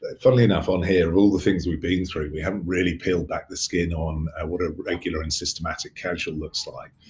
ah funnily enough on here, all the things we've been through, we haven't really peeled back the skin on what a regular and systematic casual looks like.